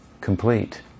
complete